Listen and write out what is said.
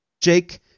Jake